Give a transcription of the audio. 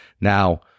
Now